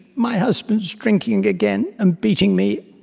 my husband is drinking again and beating me,